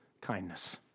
kindness